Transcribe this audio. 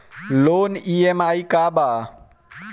Loan EMI का बा?